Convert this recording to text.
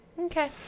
Okay